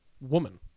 woman